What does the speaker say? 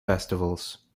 festivals